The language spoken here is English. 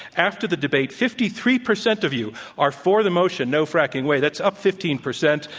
after the debate, fifty three percent of you are for the motion no fracking way, that's up fifteen percent,